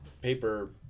paper